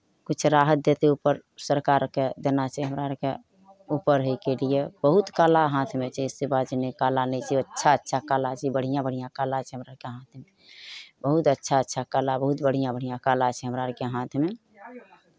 किछु राहत देतै ऊपर सरकारकेँ देना चाही हमरा आरके ऊपर होयके लिए बहुत कला हाथमे छै अइसे बात नहि छै कला नहि छै अच्छा अच्छा कला छै बढ़िआँ बढ़िआँ कला छै हमरा आरके हाथमे बहुत अच्छा अच्छा कला बहुत बढ़िआँ बढ़िआँ कला छै हमरा आरके हाथमे